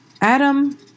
Adam